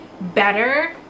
better